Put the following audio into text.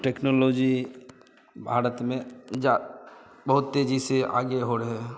technology Bharat में जा बहुत तेज़ी से आगे हो रही है